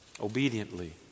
Obediently